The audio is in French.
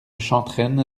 chantrenne